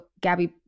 Gabby